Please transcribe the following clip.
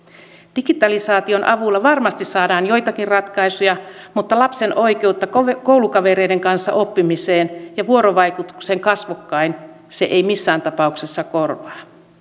digitalisaation avulla varmasti saadaan joitakin ratkaisuja mutta lapsen oikeutta koulukavereiden kanssa oppimiseen ja vuorovaikutukseen kasvokkain se ei missään tapauksessa korvaa